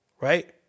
Right